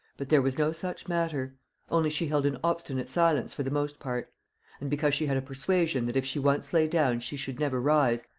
but there was no such matter only she held an obstinate silence for the most part and, because she had a persuasion that if she once lay down she should never rise,